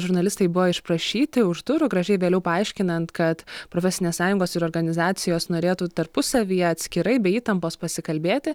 ir žurnalistai buvo išprašyti už durų gražiai vėliau paaiškinant kad profesinės sąjungos ir organizacijos norėtų tarpusavyje atskirai be įtampos pasikalbėti